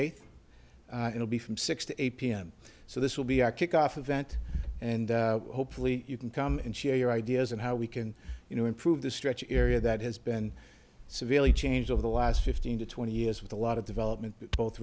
eighth it will be from six to eight pm so this will be our kickoff event and hopefully you can come and share your ideas and how we can you know improve the stretch area that has been severely changed over the last fifteen to twenty years with a lot of development both